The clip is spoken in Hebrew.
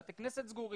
שבתי כנסת סגורים,